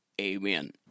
Amen